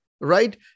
right